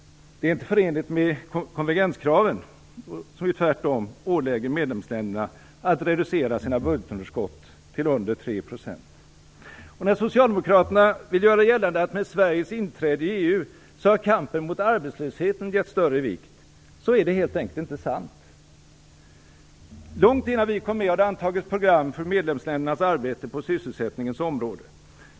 Det är inte förenligt med konvergenskraven, som ju tvärtom ålägger medlemsländerna att reducera sina budgetunderskott till under När Socialdemokraterna vill göra gällande att kampen mot arbetslösheten har getts större vikt i och med Sveriges inträde i EU är det helt enkelt inte sant. Långt innan Sverige blev medlem i EU har det antagits program för medlemsländernas arbete på sysselsättningens område.